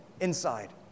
inside